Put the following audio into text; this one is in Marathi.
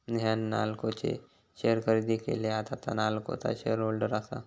नेहान नाल्को चे शेअर खरेदी केले, आता तां नाल्कोचा शेअर होल्डर आसा